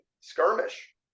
skirmish